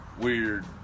weird